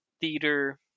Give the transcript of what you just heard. theater